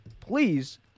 please